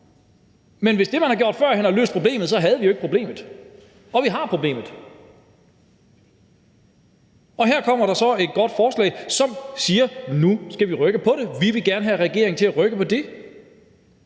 Men hvis det, man har gjort førhen, havde løst problemet, så havde vi jo ikke problemet. Og vi har problemet. Og her kommer der så et godt forslag, som siger: Nu skal vi rykke på det; vi vil gerne have regeringen til at rykke på det.